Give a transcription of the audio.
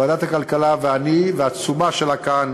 ועדת הכלכלה ואני, והתשומה שלה כאן